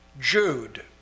Jude